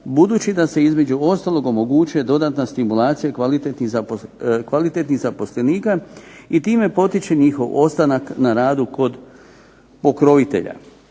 budući da se između ostalog omogućuje dodatna stimulacija kvalitetnih zaposlenika i time potiče njihov ostanak na radu kod pokrovitelja.